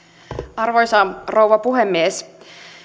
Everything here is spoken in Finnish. arvoisa rouva puhemies